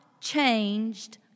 changed